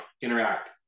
interact